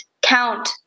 Count